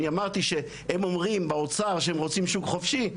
הם אומרים באוצר שהם רוצים שוק חופשי,